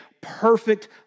perfect